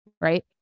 right